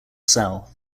cell